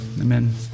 amen